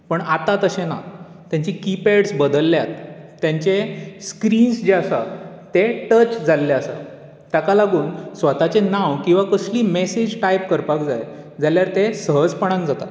पूण आतां तशें ना तांची की पॅड्स बदल्ल्यात तेंचे स्क्रीन्स जे आसात ते टच जाल्ले आसा ताका लागून स्वताचें नांव किवा कसलीच मॅसेज टायप करपाक जाय जाल्यार तें सहजपणान जाता